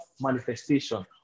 manifestation